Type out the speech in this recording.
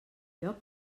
lloc